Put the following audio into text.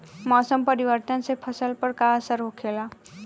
मौसम परिवर्तन से फसल पर का असर होखेला?